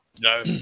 No